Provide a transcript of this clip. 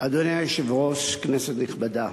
אדוני היושב-ראש, כנסת נכבדה,